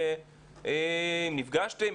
האם נפגשתם?